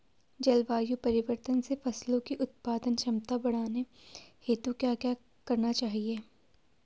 जलवायु परिवर्तन से फसलों की उत्पादन क्षमता बढ़ाने हेतु क्या क्या करना चाहिए?